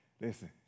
Listen